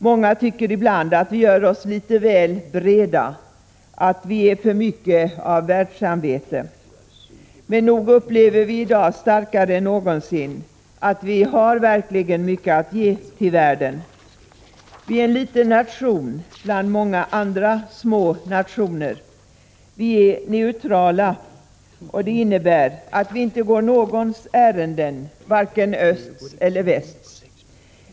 Många tycker ibland att vi gör oss litet väl breda, att vi är för mycket av världssamvete, men nog upplever vi i dag starkare än någonsin att vi verkligen har mycket att ge världen. Vi är en liten nation bland många andra små nationer. Vi är neutrala, och det innebär att vi inte går någons ärenden, varken östs eller västs.